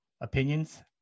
opinions